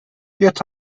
yet